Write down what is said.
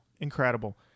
Incredible